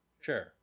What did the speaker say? Sure